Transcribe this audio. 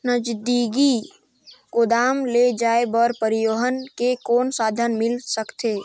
नजदीकी गोदाम ले जाय बर परिवहन के कौन साधन मिल सकथे?